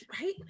Right